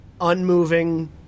unmoving